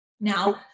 Now